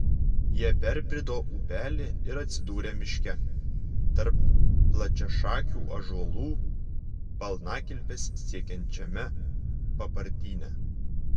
jie perbrido upelį ir atsidūrė miške tarp plačiašakių ąžuolų balnakilpes siekiančiame papartyne